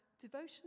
devotion